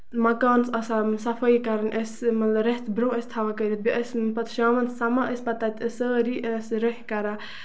مَکانَس آسان صفٲیی کَرٕنۍ اَسہِ مَگر رٮ۪تھ برونہہ ٲسۍ تھاوان کٔرِتھ بیٚیہِ ٲسۍ نہٕ پَتہٕ شامَن سَمان ٲسۍ پَتہٕ تَتہِ سٲری روٚف کران